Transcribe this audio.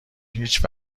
هیچ